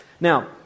Now